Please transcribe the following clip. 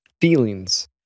feelings